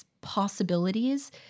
possibilities